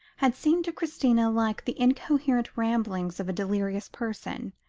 had seemed to christina like the incoherent ramblings of a delirious person,